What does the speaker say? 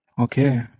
Okay